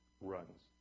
runs